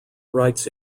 rights